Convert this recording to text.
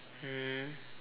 mm